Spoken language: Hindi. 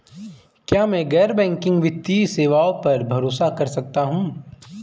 क्या मैं गैर बैंकिंग वित्तीय सेवाओं पर भरोसा कर सकता हूं?